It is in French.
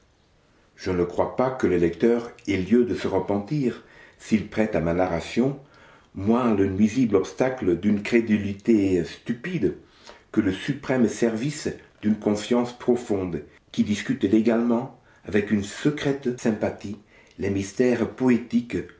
je ne crois pas que le lecteur ait lieu de se repentir s'il prête à ma narration moins le nuisible obstacle d'une crédulité stupide que le suprême service d'une confiance profonde qui discute légalement avec une secrète sympathie les mystères poétiques